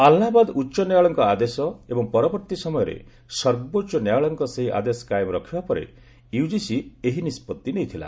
ଆହ୍ରାବାଦ୍ ଉଚ୍ଚ ନ୍ୟାୟାଳୟଙ୍କ ଆଦେଶ ଏବଂ ପରବର୍ତ୍ତୀ ସମୟରେ ସର୍ବୋଚ୍ଚ ନ୍ୟାୟାଳୟଙ୍କ ସେହି ଆଦେଶ କାଏମ୍ ରଖିବା ପରେ ୟୁଜିସି ଏହି ନିଷ୍ପଭି ନେଇଥିଲା